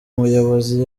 muyobozi